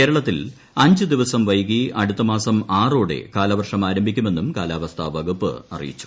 കേരളത്തിൽ അഞ്ച് ദിവസം വൈകി അടുത്ത മാസം ആറോടെ കാലവർഷം ആരംഭിക്കുമെന്നും കാലാവസ്ഥാ വകുപ്പ് അറിയിച്ചു